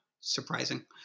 surprising